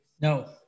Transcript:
No